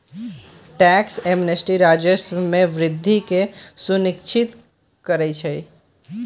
tax amnesty राजस्व में वृद्धि के सुनिश्चित करइ छै